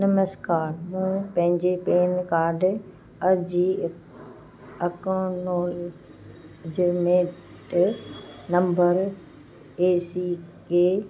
नमस्कार मूं पंहिंजे पेनकार्ड अर्ज़ी अकोनोल जे मेट नम्बर ए सी ए